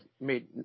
made